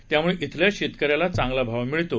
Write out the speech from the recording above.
त्यामुळे इथल्या शेतक याला चांगला भाव मिळतो